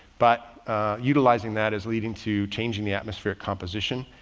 but utilizing that as leading to changing the atmosphere composition.